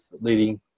leading